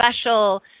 special –